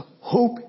hope